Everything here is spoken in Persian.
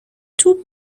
توپ